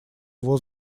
его